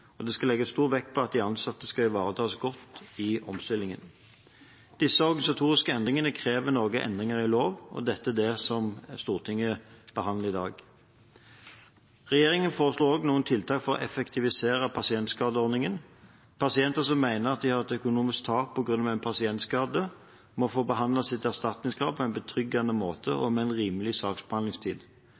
2016. Det skal legges stor vekt på at de ansatte skal ivaretas godt i omstillingsprosessen. Disse organisatoriske endringene krever noen endringer i lov, og det er dette Stortinget behandler i dag. Regjeringen foreslår også noen tiltak for å effektivisere pasientskadeordningen. Pasienter som mener at de har hatt et økonomisk tap på grunn av en pasientskade, må få behandlet sitt erstatningskrav på en betryggende måte og med en rimelig saksbehandlingstid.